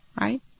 right